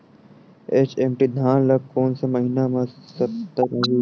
HMT धान ल कोन से महिना म सप्ता चाही?